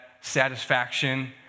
satisfaction